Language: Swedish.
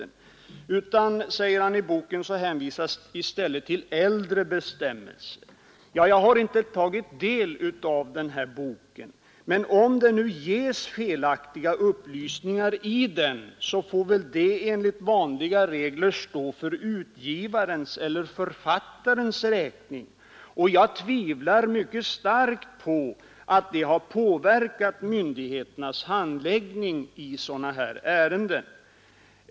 I boken hänvisas i stället, säger herr Möller, till äldre bestämmelser. Jag har inte tagit del av boken, men om det nu lämnas felaktiga upplysningar i den, så får väl det enligt vanliga regler stå för utgivarens eller författarens räkning. Jag tvivlar mycket starkt på att det har påverkat myndigheternas handläggning av sådana här ärenden.